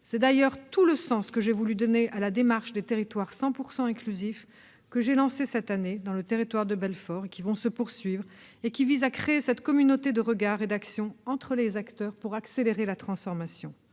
C'est d'ailleurs tout le sens que j'ai voulu donner à la démarche des « territoires 100 % inclusifs » que j'ai lancée cette année dans le Territoire de Belfort et qui vise à créer cette communauté de regard et d'action entre les acteurs pour accélérer la transformation.